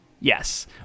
Yes